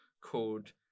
called